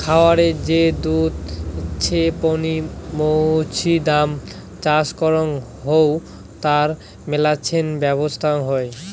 খায়ারে যে দুধ ছেপনি মৌছুদাম চাষ করাং হউ তার মেলাছেন ব্যবছস্থা হই